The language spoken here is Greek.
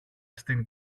στην